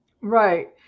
right